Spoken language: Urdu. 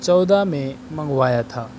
چودہ میں منگوایا تھا